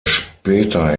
später